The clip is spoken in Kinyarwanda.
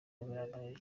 bimariye